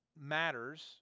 matters